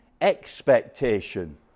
expectation